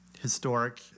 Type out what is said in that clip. historic